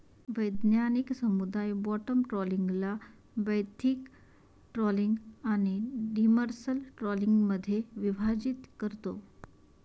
वैज्ञानिक समुदाय बॉटम ट्रॉलिंगला बेंथिक ट्रॉलिंग आणि डिमर्सल ट्रॉलिंगमध्ये विभाजित करतो